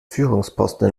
führungsposten